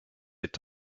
est